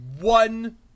one